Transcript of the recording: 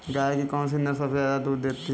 गाय की कौनसी नस्ल सबसे ज्यादा दूध देती है?